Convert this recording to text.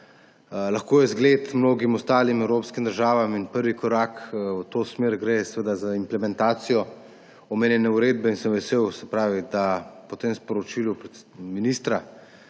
lahko je zgled mnogim ostalim evropskim državam. Prvi korak v to smer gre seveda z implementacijo omenjene uredbe in sem po tem sporočilu ministra